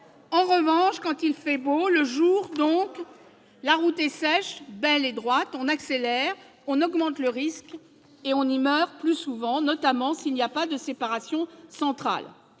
En revanche, quand il fait beau, en journée, que la route est sèche, belle et droite, on accélère, on augmente le risque et on y meurt plus souvent, notamment s'il n'y a pas de séparation centrale.